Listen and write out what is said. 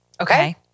Okay